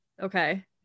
okay